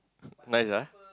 nice ah